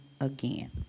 again